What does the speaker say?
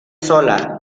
sola